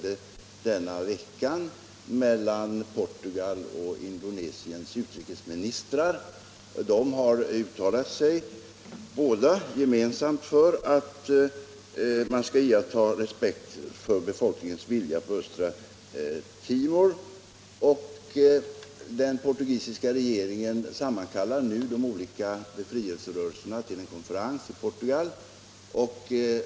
pågår just denna vecka, mellan Portugals och Indonesiens utrikesministrar, vilka gemensamt har uttalat sig för att man skall iaktta respekt för befolkningens på östra Timor vilja. Den portugisiska regeringen sammankallar nu de olika befrielserörelserna till en konferens i Portugal.